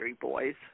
Boys